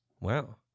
Wow